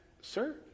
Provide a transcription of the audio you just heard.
sir